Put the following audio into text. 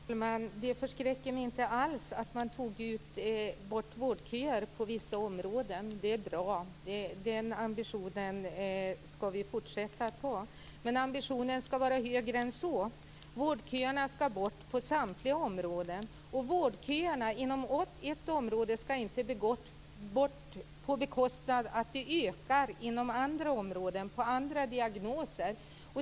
Fru talman! Det förskräcker mig inte alls att man tog bort vårdköer på vissa områden. Det är bra. Den ambitionen skall vi fortsätta att ha. Men ambitionen skall vara högre än så. Vårdköerna skall bort på samtliga områden. Och vårdköerna inom ett område skall inte bort på bekostnad av att de ökar inom andra områden när det gäller andra diagnoser.